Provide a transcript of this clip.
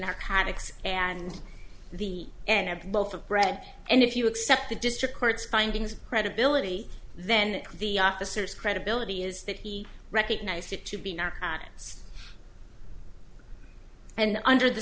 narcotics and the and loaf of bread and if you accept the district court's findings credibility then the officers credibility is that he recognized it to be narcotics and under the